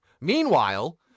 Meanwhile